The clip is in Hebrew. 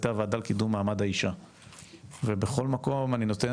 הייתה וועדה לקידום מעמד האישה ובכל מקום אני נותן